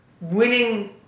winning